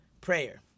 prayer